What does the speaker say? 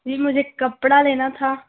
جی مجھے کپڑا لینا تھا